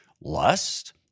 lust